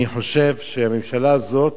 אני חושב שהממשלה הזאת